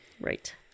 Right